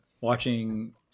watching